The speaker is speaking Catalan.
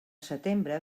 setembre